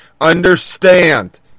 Understand